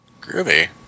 Groovy